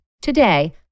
Today